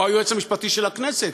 או היועץ המשפטי של הכנסת.